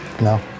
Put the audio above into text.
No